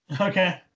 Okay